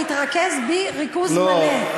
תתרכז בי ריכוז מלא.